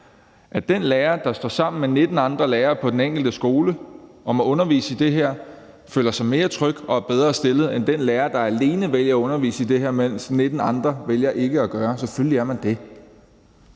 at den lærer, der står sammen med 19 andre lærere på den enkelte skole og må undervise i det her, føler sig mere tryg og er bedre stillet end den lærer, der alene vælger at undervise i det her, mens 19 andre vælger ikke at gøre det. Selvfølgelig er man det.